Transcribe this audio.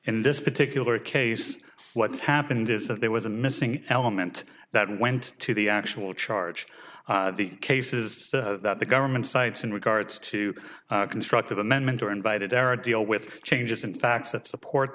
in this particular case what's happened is that there was a missing element that went to the actual charge the cases that the government sites in regards to constructive amendment are invited are a deal with changes in facts that support